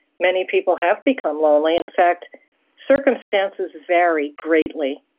many people have become lonely. in fact circumstances vary greatly.